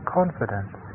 confidence